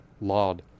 laud